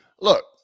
look